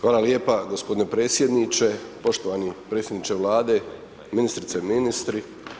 Hvala lijepa g. predsjedniče, poštovani predsjedniče Vlade, ministrice i ministri.